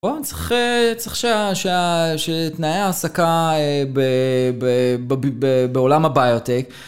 צריך שתנאי העסקה בעולם הביוטק...